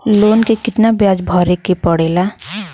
Loan के कितना ब्याज भरे के पड़े ला?